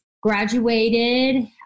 graduated